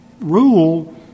rule